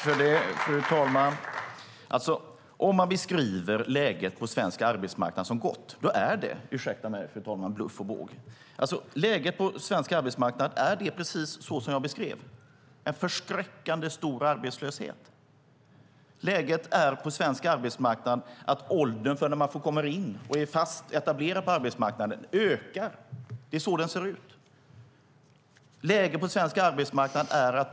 Fru talman! Om man beskriver läget på svensk arbetsmarknad som gott är det - ursäkta mig, fru talman - bluff och båg. Läget på svensk arbetsmarknad är precis som jag beskrev. Vi har en förskräckande stor arbetslöshet, och åldern för när man kommer in och blir etablerad på arbetsmarknaden har höjts. Så ser det ut.